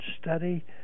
study